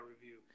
review